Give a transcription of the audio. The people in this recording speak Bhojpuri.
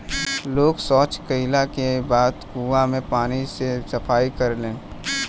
लोग सॉच कैला के बाद कुओं के पानी से सफाई करेलन